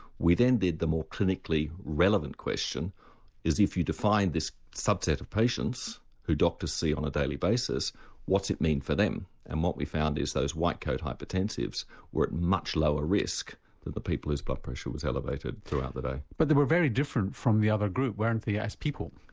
we then did the more clinically relevant question is if you define this subset of patients who doctors see on a daily basis what's it mean for them? and what we found is those white coat hypertensives were at much lower risk than the people whose blood pressure was elevated throughout the day. but they were very different from the other group weren't they as people?